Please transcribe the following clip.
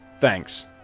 Thanks